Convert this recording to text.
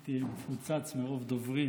ראיתי שמפוצץ מרוב דוברים,